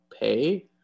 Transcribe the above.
pay